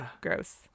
gross